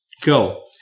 go